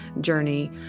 journey